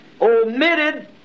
omitted